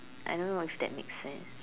I don't know if that makes sense